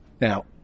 Now